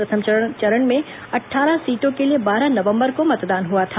प्रथम चरण में अट्ठारह सीटों के लिए बारह नवंबर को मतदान हुआ था